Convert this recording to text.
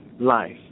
life